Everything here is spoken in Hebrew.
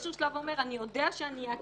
באיזשהו שלב אומר: אני יודע שאני איעצר,